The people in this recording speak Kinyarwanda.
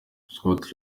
scott